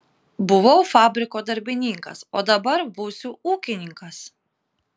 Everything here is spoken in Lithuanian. buvau fabriko darbininkas o dabar būsiu ūkininkas